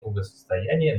благосостояния